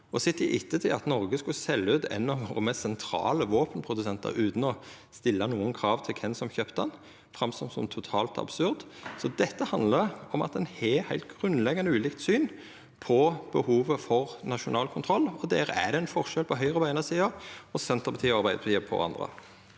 i ettertid ser at Noreg skulle selja ut ein av våre mest sentrale våpenprodusentar utan å stilla nokon krav til kven som kjøpte han, framstår det som totalt absurd. Dette handlar om at ein har heilt grunnleggjande ulikt syn på behovet for nasjonal kontroll. Der er det ein forskjell på Høgre på eine sida og Senterpartiet og Arbeidarpartiet på andre.